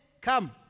come